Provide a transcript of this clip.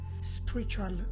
spiritual